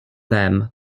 them